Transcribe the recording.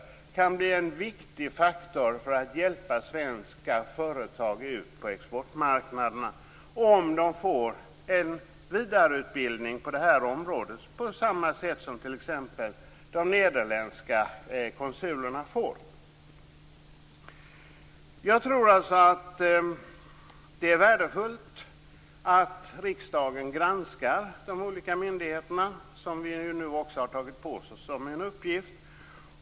De kan bli en viktig faktor för att hjälpa svenska företag ut på exportmarknaderna, om de får en vidareutbildning på det här området på samma sätt som t.ex. de nederländska konsulerna får. Det är värdefullt att riksdagen granskar de olika myndigheterna, som vi också har tagit på oss som en uppgift.